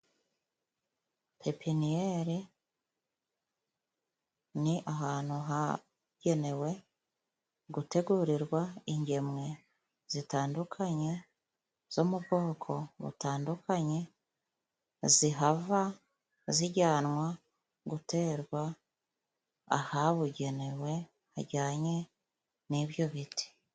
Pepiniyere ni ahantu hagenewe gutegurirwa ingemwe zitandukanye, zo mu bwoko butandukanye, zihava zijyanwa guterwa ahabugenewe hajyanye n'ibyo biti.